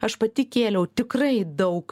aš pati kėliau tikrai daug